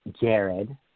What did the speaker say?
Jared